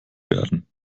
werden